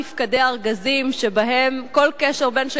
כי הונחה היום על שולחן הכנסת,